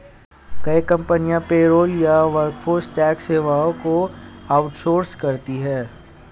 कई कंपनियां पेरोल या वर्कफोर्स टैक्स सेवाओं को आउट सोर्स करती है